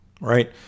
right